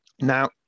Now